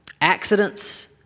accidents